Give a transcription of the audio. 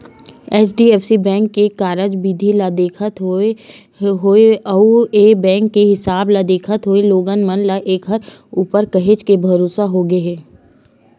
HDFC bank के कारज बिधि ल देखत होय अउ ए बेंक के बिकास ल देखत होय लोगन मन ल ऐखर ऊपर काहेच के भरोसा होगे हे